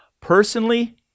Personally